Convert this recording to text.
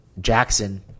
Jackson